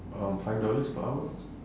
um five dollars per hour